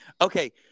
Okay